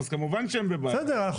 אז כמובן שהם בבעיה.